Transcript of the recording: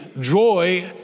joy